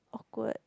awkward